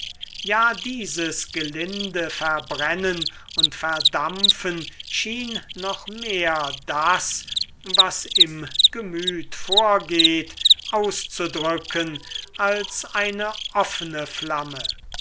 ja dieses gelinde verbrennen und verdampfen schien noch mehr das was im gemüt vorgeht auszudrücken als eine offene flamme